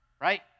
right